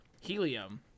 helium